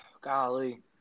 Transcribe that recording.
golly